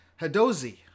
Hadozi